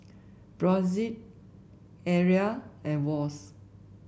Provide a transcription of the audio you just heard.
Brotzeit Arai and Wall's